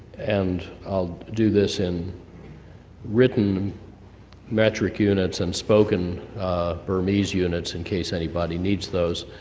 and i'll do this in written metric units, and spoken burmese units in case anybody needs those.